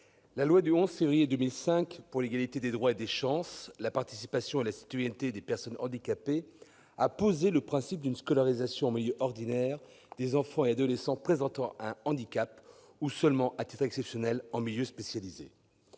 la loi du 11 février 2005 pour l'égalité des droits et des chances, la participation et la citoyenneté des personnes handicapée a posé le principe d'une scolarisation en milieu ordinaire des enfants et adolescents présentant un handicap ou, à titre exceptionnel, en milieu spécialisé.